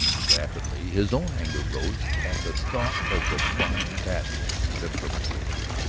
rapidly his own anger rose at the thought of the crime patten would have perpetrated.